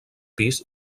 pis